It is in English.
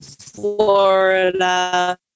Florida